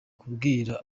kubwira